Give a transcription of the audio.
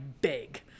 big